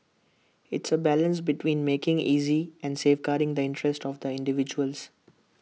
it's A balance between making easy and safeguarding the interests of the individuals